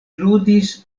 ludis